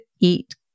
eat